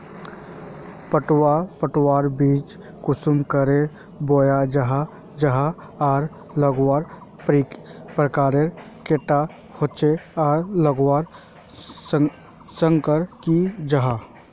पटवा पटवार बीज कुंसम करे बोया जाहा जाहा आर लगवार प्रकारेर कैडा होचे आर लगवार संगकर की जाहा?